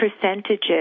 percentages